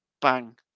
bang